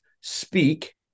speak